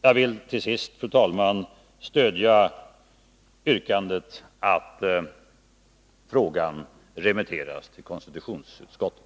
Jag vill till sist, fru talman, stödja yrkandet att frågan remitteras till konstitutionsutskottet.